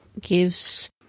gives